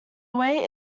way